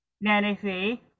Nancy